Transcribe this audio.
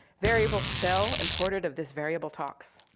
variable spell imported of this variable talks.